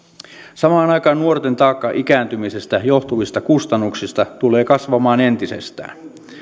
samaan aikaan nuorten taakka ikääntymisestä johtuvista kustannuksista tulee kasvamaan entisestään